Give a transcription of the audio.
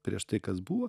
prieš tai kas buvo